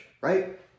right